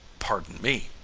pardon me,